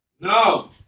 No